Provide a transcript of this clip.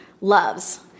loves